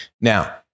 now